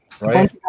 Right